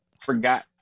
forgot